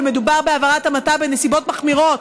ומדובר בעבירת המתה בנסיבות מחמירות.